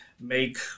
make